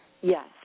Yes